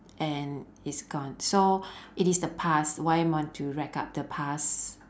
and it's gone so it is the past why must you rack up the past